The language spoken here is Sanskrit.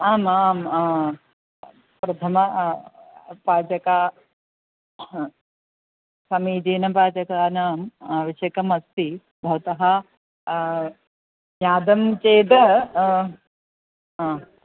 आम् आम् प्रथम पाचकाः ह समीचीनपाचकानाम् आवश्यकमस्ति भवतः ज्ञातं चेद् हा